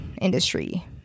industry